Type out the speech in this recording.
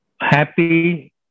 happy